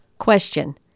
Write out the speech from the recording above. Question